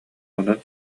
онон